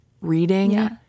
reading